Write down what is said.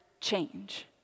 change